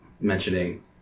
mentioning